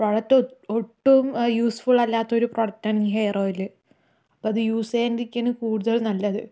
ഒട്ടും യൂസ്ഫുള്ളല്ലാത്തൊരു പ്രൊഡക്റ്റാണ് ഈ ഹെയർ ഓയില് അപ്പോഴത് യൂസ് ചെയ്യാണ്ടിരിക്കുകയാണ് കൂടുതൽ നല്ലത്